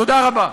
תודה רבה.